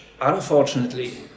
unfortunately